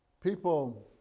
people